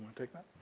take that?